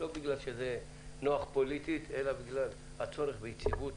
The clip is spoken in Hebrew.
לא בגלל שזה נוח פוליטית אלא בגלל שישנו צורך ביציבות,